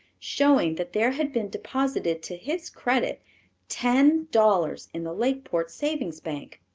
showing that there had been deposited to his credit ten dollars in the lakeport savings bank.